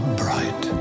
bright